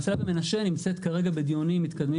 המסילה במנשה נמצאת כרגע בדיונים מתקדמים